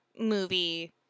movie